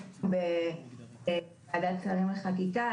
יש --- בוועדת השרים לחקיקה.